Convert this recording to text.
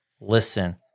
listen